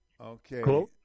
Okay